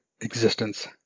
existence